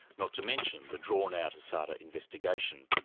not to mention the drawn out asada investigation.